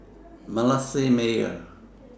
Manasseh Meyer